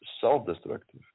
self-destructive